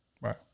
Right